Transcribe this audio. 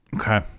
Okay